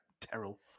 Terrell